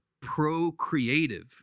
procreative